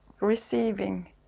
receiving